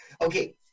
Okay